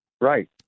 right